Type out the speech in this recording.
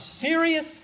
serious